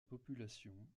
population